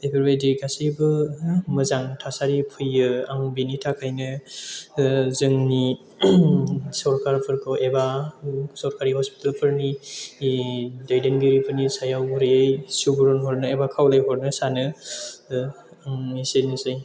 बेफोरबायदि गासैबो मोजां थासारि फैयो आं बेनि थाखायनो जोंनि सरकारफोरखौ एबा सरकारि हस्पिटालफोरनि दैदेनगिरिफोरनि सायाव गुरैयै सुबुरुन हरनो एबा खावलाय हरनो सानो एसेनोसै